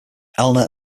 eleanor